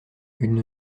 une